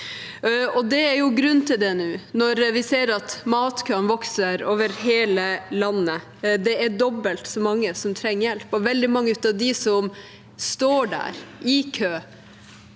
Det er grunn til det nå, når vi ser at matkøene vokser over hele landet. Det er dobbelt så mange som trenger hjelp, og veldig mange av dem som står der i kø